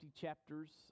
chapters